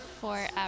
forever